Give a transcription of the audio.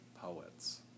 poets